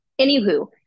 Anywho